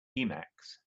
emacs